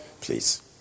Please